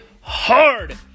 hard